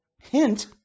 hint